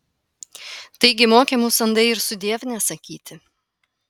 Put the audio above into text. taigi mokė mus andai ir sudiev nesakyti